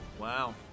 Wow